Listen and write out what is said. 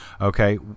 Okay